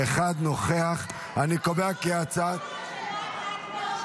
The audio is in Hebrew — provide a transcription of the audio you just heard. אני קובע כי הצעת חוק-יסוד: